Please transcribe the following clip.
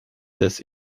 des